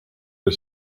ole